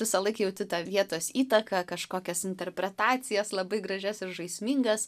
visąlaik jauti tą vietos įtaką kažkokias interpretacijas labai gražias ir žaismingas